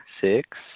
six